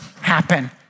happen